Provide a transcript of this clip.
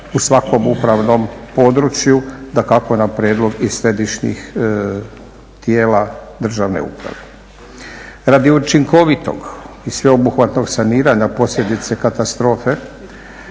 u svakom upravnom području, dakako na prijedlog i središnjih tijela državne uprave. Radi učinkovitog i sveobuhvatnog saniranja posljedice katastrofe